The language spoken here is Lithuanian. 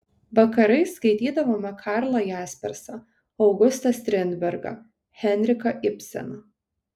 vakarais skaitydavome karlą jaspersą augustą strindbergą henriką ibseną